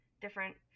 different